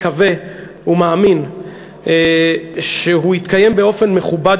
מקווה ומאמין שהוא יתקיים באופן מכובד